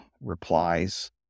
replies